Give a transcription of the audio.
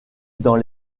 dans